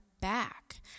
back